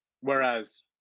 whereas